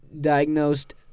diagnosed